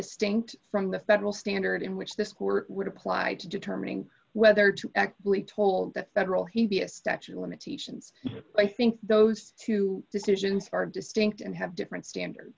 distinct from the federal standard in which this court would apply to determining whether to actively told that federal he'd be a statute of limitations i think those two decisions are distinct and have different standards